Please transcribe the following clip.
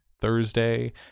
thursday